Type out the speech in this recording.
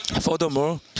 Furthermore